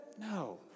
No